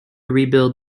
rebuild